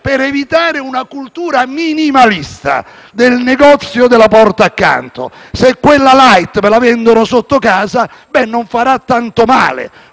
per evitare una cultura minimalista del negozio della porta accanto. Se quella *light* la vendono sotto casa, non farà poi tanto male: